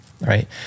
right